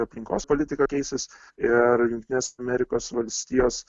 aplinkos politika keisis ir jungtinės amerikos valstijos